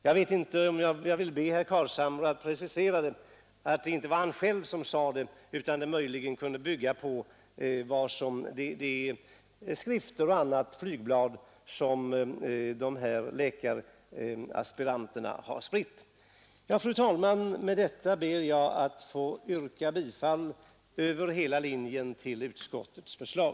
Jag vill be herr Carlshamre precisera att yttrandet inte kom från honom själv. Möjligen kan det bygga på flygblad och andra skrifter som läkaraspiranterna har spritt. Fru talman! Med detta ber jag att få yrka bifall över hela linjen till utskottets hemställan.